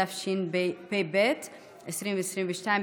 התשפ"ב 2022,